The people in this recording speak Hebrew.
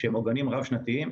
שהם עוגנים רב-שנתיים,